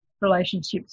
relationships